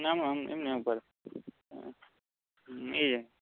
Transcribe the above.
એનામાં એમને સંભાળે હા એ